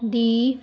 ਦੀ